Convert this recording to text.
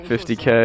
50k